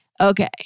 Okay